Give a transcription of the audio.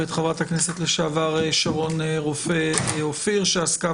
ולחברת הכנסת לשעבר שרון רופא אופיר שעסקה